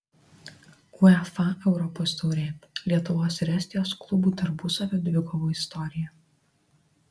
uefa europos taurė lietuvos ir estijos klubų tarpusavio dvikovų istorija